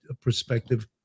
perspective